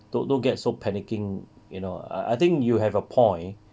don't don't get so panicking you know I I think you have a point